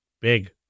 Big